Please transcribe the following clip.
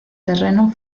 terreno